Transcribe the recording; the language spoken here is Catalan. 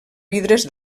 vidres